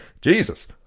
Jesus